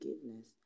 forgiveness